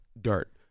dirt